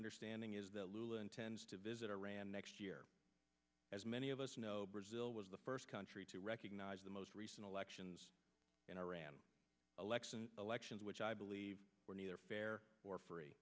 understanding is that lula intends to visit iran next year as many of us know brazil was the first country to recognize the most recent elections in iran election elections which i believe were neither fair or free